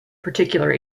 particular